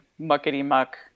muckety-muck